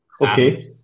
Okay